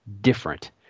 different